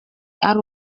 ari